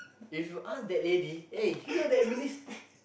if you ask that lady eh you know that means